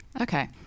Okay